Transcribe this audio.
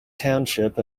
township